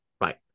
right